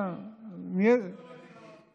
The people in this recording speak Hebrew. אתה תסדר את זה בלי בג"ץ.